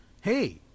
hey